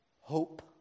hope